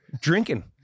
drinking